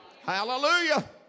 Hallelujah